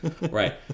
right